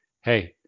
Hey